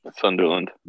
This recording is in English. Sunderland